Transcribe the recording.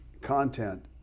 content